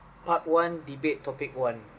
part one debate topic one